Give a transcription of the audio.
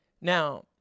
Now